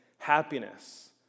happiness